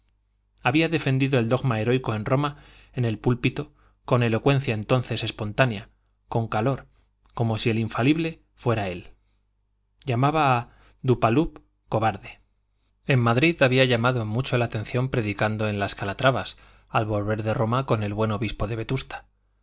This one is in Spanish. había defendido el dogma heroico en roma en el púlpito con elocuencia entonces espontánea con calor como si el infalible fuera él llamaba a dupanloup cobarde en madrid había llamado mucho la atención predicando en las calatravas al volver de roma con el buen obispo de vetusta